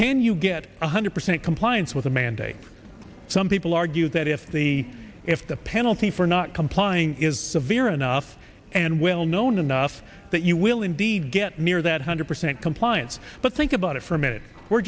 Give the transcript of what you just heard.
can you get one hundred percent compliance with a mandate some people argue that if the if the penalty for not complying is severe enough and well known enough that you will indeed get near that hundred percent compliance but think about it for a minute we're